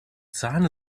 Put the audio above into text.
sahne